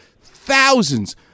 thousands